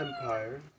empire